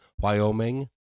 wyoming